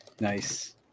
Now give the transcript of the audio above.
Nice